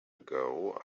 ago